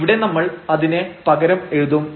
ഇവിടെ നമ്മൾ അതിനെ പകരം എഴുതും